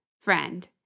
friend